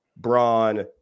Braun